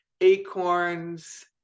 acorns